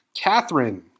Catherine